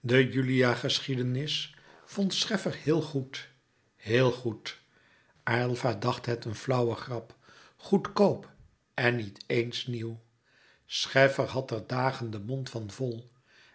de julia geschiedenis vond scheffer heel goed héél goed aylva dacht het een flauwe grap goedkoop en niet eens nieuw scheffer had er dagen den mond van vol